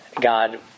God